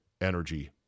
energy